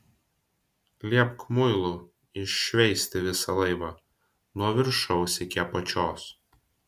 liepk muilu iššveisti visą laivą nuo viršaus iki apačios